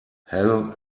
hell